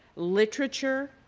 literature,